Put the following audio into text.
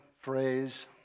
phrase